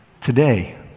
today